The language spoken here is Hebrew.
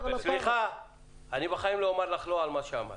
בחיים לא אומר לך "לא" על מה שאמרת.